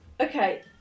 Okay